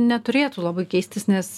neturėtų labai keistis nes